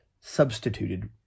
substituted